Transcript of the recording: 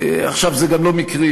זה גם לא מקרי.